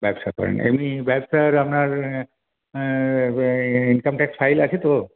ব্যবসা করেন এমনি ব্যবসার আপনার ইনকাম ট্যাক্স ফাইল আছে তো